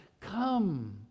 come